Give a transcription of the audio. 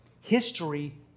history